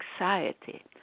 anxiety